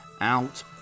out